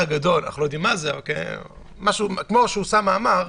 אנחנו לא יודעים מה זה, אבל כמו שאוסאמה אמר.